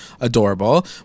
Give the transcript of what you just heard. adorable